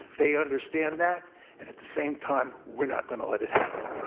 they understand that, and at the same time we're not going to let it happen.